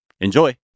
Enjoy